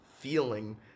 Feeling